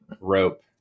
rope